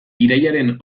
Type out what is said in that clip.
irailaren